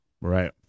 right